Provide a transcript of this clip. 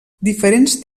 diferents